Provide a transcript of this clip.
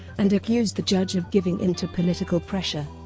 and accused the judge of giving in to political pressure.